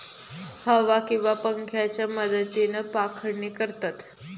हवा किंवा पंख्याच्या मदतीन पाखडणी करतत